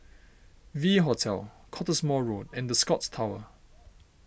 V Hotel Cottesmore Road and the Scotts Tower